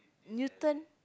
Newton